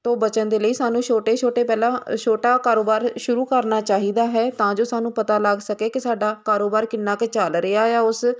ਤੋਂ ਬਚਣ ਦੇ ਲਈ ਸਾਨੂੰ ਛੋਟੇ ਛੋਟੇ ਪਹਿਲਾਂ ਛੋਟਾ ਕਾਰੋਬਾਰ ਸ਼ੁਰੂ ਕਰਨਾ ਚਾਹੀਦਾ ਹੈ ਤਾਂ ਜੋ ਸਾਨੂੰ ਪਤਾ ਲੱਗ ਸਕੇ ਕਿ ਸਾਡਾ ਕਾਰੋਬਾਰ ਕਿੰਨਾ ਕੁ ਚੱਲ ਰਿਹਾ ਆ ਉਸ